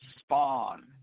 spawn